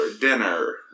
dinner